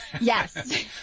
Yes